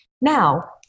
Now